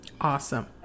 awesome